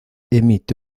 emite